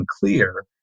clear